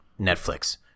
netflix